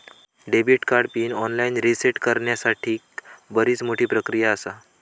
debit card PIN online reset करण्यासाठीक बरीच मोठी प्रक्रिया आसा